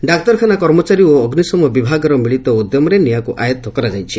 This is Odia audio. ଡାକ୍ତରଖାନା କର୍ମଚାରୀ ଓ ଅଗ୍ନିଶମ ବିଭାଗର ମିଳିତ ଉଦ୍ୟମରେ ନିଆଁକୁ ଆୟଉ କରାଯାଇଛି